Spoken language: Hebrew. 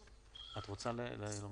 אני חושב שזה מצב מאוד